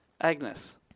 Agnes